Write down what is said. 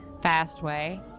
Fastway